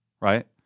right